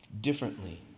differently